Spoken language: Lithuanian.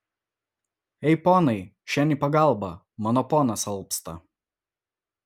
ei ponai šen į pagalbą mano ponas alpsta